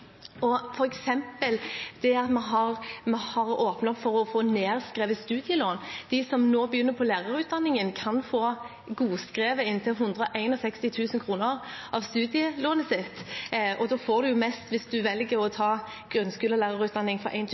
har vi åpnet opp for å få nedskrevet studielån. De som nå begynner på lærerutdanningen, kan få godskrevet inntil 161 000 kr av studielånet sitt, og da får en mest hvis en velger å ta grunnskolelærerutdanning for 1.–7. klasse, for